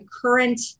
current